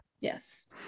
Yes